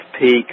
peak